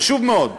חשוב מאוד.